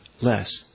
less